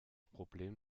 problem